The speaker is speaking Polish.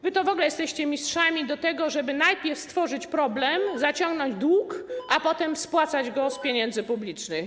W ogóle jesteście mistrzami w tym, żeby najpierw stworzyć problem, zaciągnąć dług, a potem spłacać go z pieniędzy publicznych.